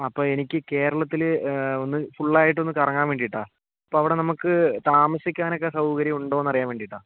അപ്പോൾ എനിക്ക് കേരളത്തിൽ ഒന്ന് ഫുള്ളായിട്ട് ഒന്ന് കറങ്ങാൻ വേണ്ടിയിട്ടാണ് അപ്പോൾ അവിടെ നമ്മൾക്ക് താമസിക്കാനൊക്കെ സൗകര്യം ഉണ്ടോയെന്ന് അറിയാൻ വേണ്ടിയിട്ടാണ്